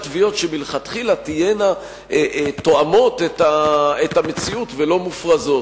תביעות שמלכתחילה תהיינה תואמות את המציאות ולא מופרזות,